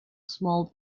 small